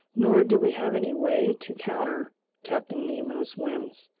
nor did we have any way to counter captain nemo's whims.